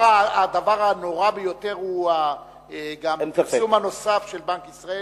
הנורא ביותר הוא הפרסום הנוסף של בנק ישראל,